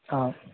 ಹಾಂ